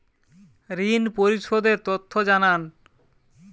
ঋন পরিশোধ এর তথ্য জানান